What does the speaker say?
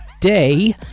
Day